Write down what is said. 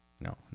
No